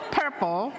purple